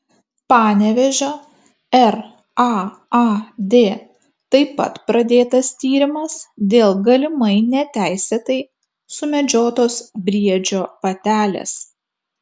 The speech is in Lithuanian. panevėžio raad taip pat pradėtas tyrimas dėl galimai neteisėtai sumedžiotos briedžio patelės